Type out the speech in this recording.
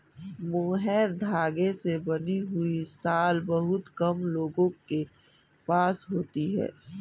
mohair धागे से बनी हुई शॉल बहुत कम लोगों के पास होती है